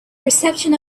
reception